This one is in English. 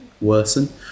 worsen